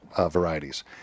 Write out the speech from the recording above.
varieties